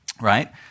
Right